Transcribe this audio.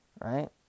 Right